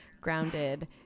grounded